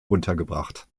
untergebracht